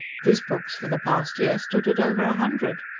his books for the past year stood at over a hundred!